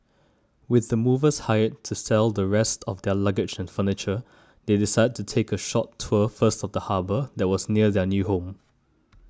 with the movers hired to sell the rest of their luggage and furniture they decided to take a short tour first of the harbour that was near their new home